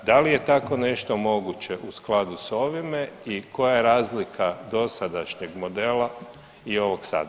Pa da li je tako nešto moguće u skladu s ovime i koja je razlika dosadašnjeg modela i ovog sada?